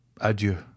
Adieu